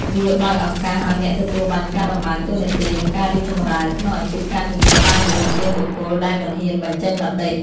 វាបើកឱកាសឱ្យអ្នកទទួលបានការតម្លើងតួនាទី និងការរីកចម្រើនក្នុងអាជីពការងារបានលឿនជាងបុគ្គលដែលមិនហ៊ានបញ្ចេញមតិ។